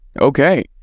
Okay